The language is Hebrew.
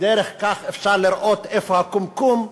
שדרך כך אפשר לראות איפה הקומקום.